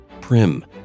prim